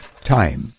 time